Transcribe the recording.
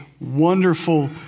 wonderful